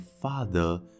father